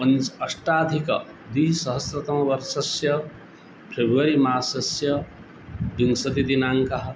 पञ्च अष्टाधिकद्विसहस्रतमवर्षस्य फेब्रुवरि मासस्य विंशतिदिनाङ्कः